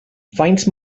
faint